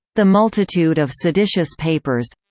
the multitude of seditious papers.